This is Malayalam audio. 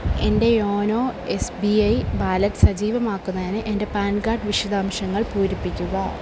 എൻ്റെ YONO S B I wallet സജീവമാക്കുന്നതിന് എൻ്റെ പാൻ കാഡ് വിശദാംശങ്ങൾ പൂരിപ്പിക്കുക